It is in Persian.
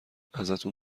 ازتون